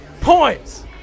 points